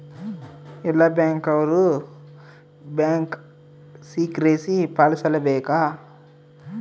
ಎಲ್ಲ ಬ್ಯಾಂಕ್ ಅವ್ರು bank secrecy ಪಾಲಿಸಲೇ ಬೇಕ